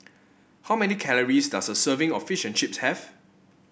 how many calories does a serving of Fish and Chips have